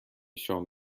شام